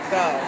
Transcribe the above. go